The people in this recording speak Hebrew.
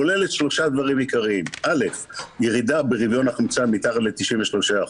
כוללת שלושה דברים עיקריים: א' ירידה ברוויון החמצן מתחת ל-93%,